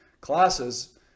classes